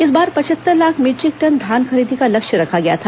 इस बार पचहत्तर लाख मीट्रिक टन धान खरीदी का लक्ष्य रखा गया था